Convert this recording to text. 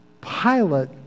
Pilate